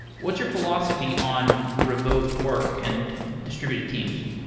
what's your philosophy on remote work and distributed teams?